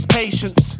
patience